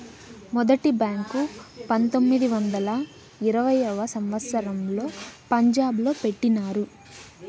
మొదటి బ్యాంకు పంతొమ్మిది వందల ఇరవైయవ సంవచ్చరంలో పంజాబ్ లో పెట్టినారు